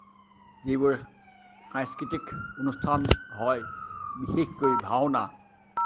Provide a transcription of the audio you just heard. যিবোৰ সাংস্কৃতিক অনুস্থান হয় বিশেষকৈ ভাওনা